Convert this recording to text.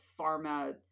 pharma